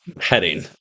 heading